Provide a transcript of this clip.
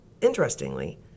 Interestingly